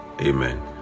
Amen